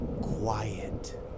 quiet